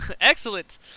Excellent